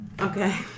Okay